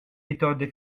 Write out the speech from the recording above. méthodes